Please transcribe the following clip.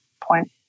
point